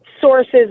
sources